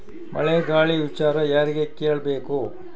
ಮಳೆ ಗಾಳಿ ವಿಚಾರ ಯಾರಿಗೆ ಕೇಳ್ ಬೇಕು?